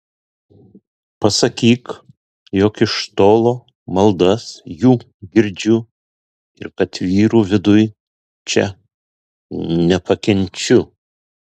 pasakyk jog iš tolo maldas jų girdžiu ir kad vyrų viduj čia nepakenčiu